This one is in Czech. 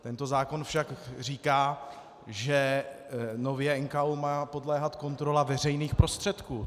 Tento zákon však říká, že nově má NKÚ podléhat kontrola veřejných prostředků.